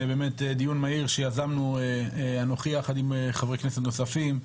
דיון מהיר שיזמנו אנוכי יחד עם חברי כנסת נוספים.